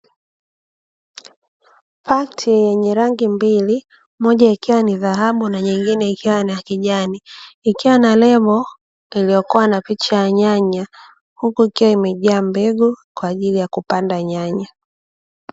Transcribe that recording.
Pakti yenye rangi mbili; moja ikiwa ni dhahabu na nyingine ikiwa ni ya kijani. Ikiwa na lebo iliyokuwa na picha ya nyanya huku ikiwa imejaa mbegu kwa ajili ya kupanda nyanya.